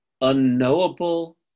unknowable